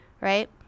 Right